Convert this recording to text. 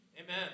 Amen